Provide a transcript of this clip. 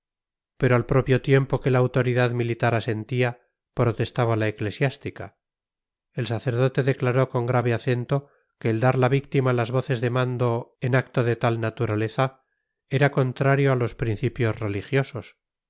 pero al propio tiempo que la autoridad militar asentía protestaba la eclesiástica el sacerdote declaró con grave acento que el dar la víctima las voces de mando en acto de tal naturaleza era contrario a los principios religiosos